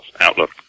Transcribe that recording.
outlook